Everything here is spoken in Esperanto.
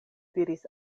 diris